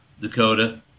Dakota